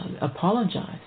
apologize